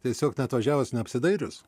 tiesiog neatvažiavus neapsidairius